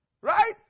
Right